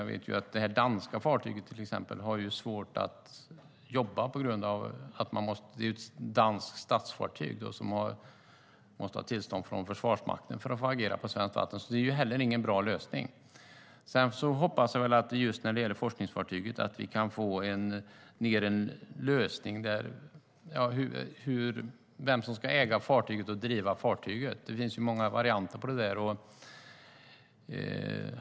Jag vet till exempel att det danska fartyget har svårt att jobba. Det är ett danskt statsfartyg som måste ha tillstånd från Försvarsmakten för att få agera på svenskt vatten. Det är ingen bra lösning. Sedan hoppas jag att det ska bli en lösning i fråga om vem som ska äga och driva fartyget. Det finns många olika varianter.